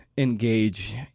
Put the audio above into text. Engage